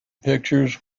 pictures